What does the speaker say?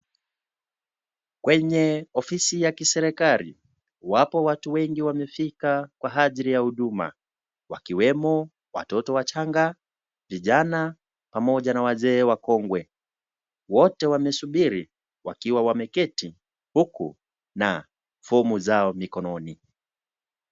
Kwenye ofisi ya serikali, wapo watu wengi wamefika kwa ajiri ya huduma, wakiwemo watoto wachanga, vijana pamoja na wazee wakongwe, wote wamesumbiri wakiwa wameketi huku na fomu zao mikononi.